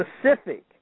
specific